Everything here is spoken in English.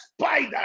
spider